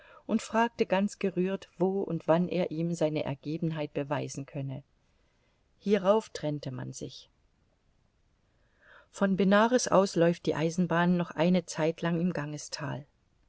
und fragte ganz gerührt wo und wann er ihm seine ergebenheit beweisen könne hierauf trennte man sich von benares aus läuft die eisenbahn noch eine zeit lang im gangesthal